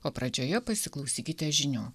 o pradžioje pasiklausykite žinių